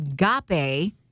agape